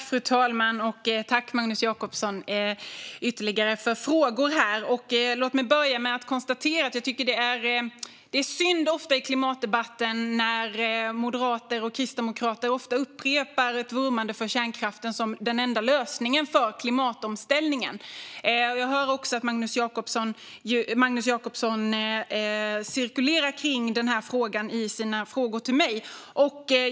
Fru talman! Tack, Magnus Jacobsson, för ytterligare frågor! Låt mig börja med att konstatera att jag tycker att det är synd att moderater och kristdemokrater i klimatdebatten ofta upprepar ett vurmande för kärnkraften som den enda lösningen för klimatomställningen. Jag hör också att Magnus Jacobsson cirkulerar kring det i sina frågor till mig.